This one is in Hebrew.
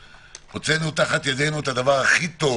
הוצאנו תחת ידינו את הדבר הכי טוב